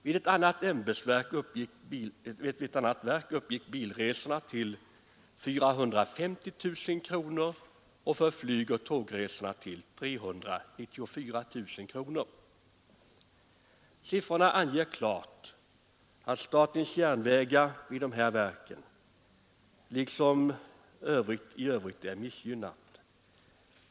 Vid ett annat ämbetsverk uppgick kostnaderna för bilresor till ca 450 000 kronor och för flygoch tågresor till ca 394 000 kronor. Siffrorna anger klart att statens järnvägar vid de här verken liksom i övrigt är missgynnat.